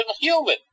human